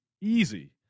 Easy